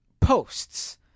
posts